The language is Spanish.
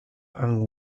and